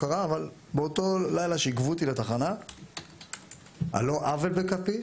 באותו לילה שעיכבו אותי לתחנה על לא עוול בכפי